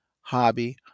hobby